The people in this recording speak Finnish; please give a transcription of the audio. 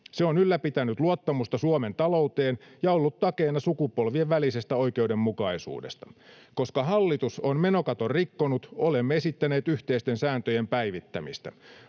Se on ylläpitänyt luottamusta Suomen talouteen ja ollut takeena sukupolvien välisestä oikeudenmukaisuudesta. Koska hallitus on menokaton rikkonut, olemme esittäneet yhteisten sääntöjen päivittämistä.